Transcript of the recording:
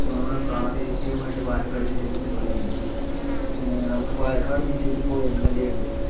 ഇപ്പോൾ നമ്മളെ പ്രാദേശികമായിട്ട് പാലക്കാട് ജില്ലയെക്കുറിച്ച് പറയുകയാണെങ്കിൽ നമുക്ക് പാലക്കാട് ജില്ലയിൽ ഇപ്പോൾ എം എൽ എ ഉണ്ട്